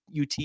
UT